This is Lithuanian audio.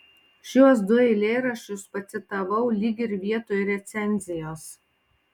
šiuos du eilėraščius pacitavau lyg ir vietoj recenzijos